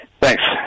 Thanks